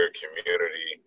community